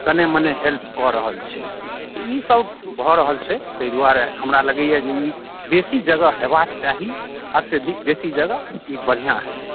मने हेल्प कऽ रहल छै ई सब भऽ रहल छै ताहि दुआरे हमरा लगैया जे ई बेसी जगह होयबाके चाही अत्यधिक बेसी जगह ई बढ़िआँ हेतै